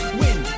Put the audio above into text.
win